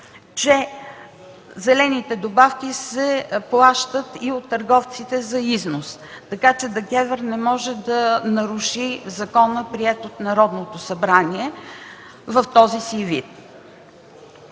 че зелените добавки се плащат и от търговците за износ. Така че ДКЕВР не може да наруши закона, приет от Народното събрание в този си вид.